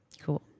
Cool